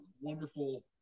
wonderful